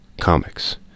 comics